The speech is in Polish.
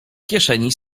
kieszeni